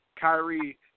Kyrie